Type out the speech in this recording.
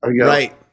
Right